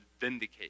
vindicate